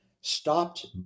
stopped